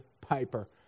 Piper